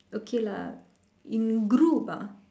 okay lah in group ah